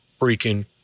freaking